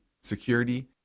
security